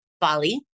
Bali